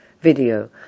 video